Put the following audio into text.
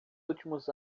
últimos